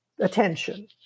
attention